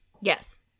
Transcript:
Yes